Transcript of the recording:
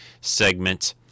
segment